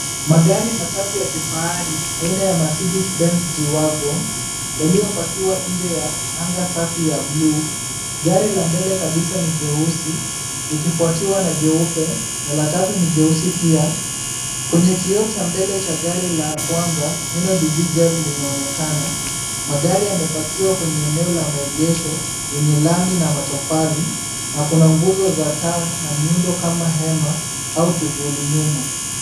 Magari matatu ya kifahari ya aina ya Mercedes-Benz G-Wagon yaliyopakiwa nje ya anga safi ya buluu. Gari la mbele kabisa ni jeusi, likifuatiwa na jeupe, na la tatu ni jeupe pia. Kwenye kioo cha mbele cha gari la kwanza neno dubizzle linaonekana. Magari yamepakiwa kwenye eneo la maegesho yenye lami na matofali na kuna nguzo za taa na miundo kama hema au kivuli nyuma.